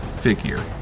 figure